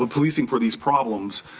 but policing for these problems